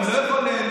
אני לא יכול לשכוח,